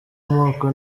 amoko